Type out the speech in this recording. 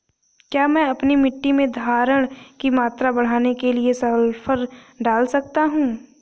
क्या मैं अपनी मिट्टी में धारण की मात्रा बढ़ाने के लिए सल्फर डाल सकता हूँ?